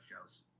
shows